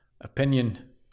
opinion